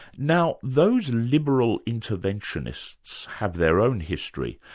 now those liberal interventionists have their own history,